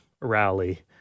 rally